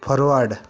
forward